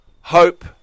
hope